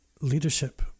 leadership